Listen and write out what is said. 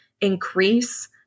increase